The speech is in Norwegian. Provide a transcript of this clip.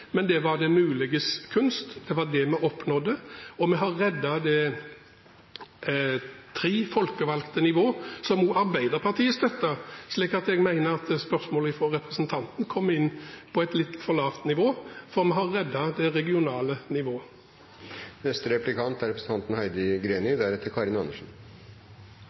Men det var det muliges kunst – det var det vi oppnådde. Vi har reddet tre folkevalgte nivåer, som Arbeiderpartiet støtter, så jeg mener at spørsmålet fra representanten Lauvås kom inn på et litt for lavt nivå, for vi har reddet det regionale nivået.